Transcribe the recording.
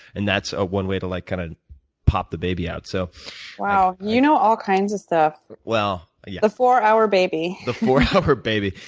and that's a one way to like kind of pop the baby out. so wow. you know all kinds of stuff. well, yeah. the four hour baby. the four hour baby,